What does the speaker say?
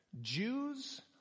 Jews